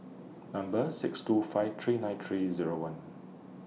Number six two five three nine three Zero one